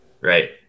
right